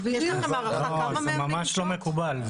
זה ממש לא מקובל.